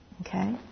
okay